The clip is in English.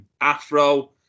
afro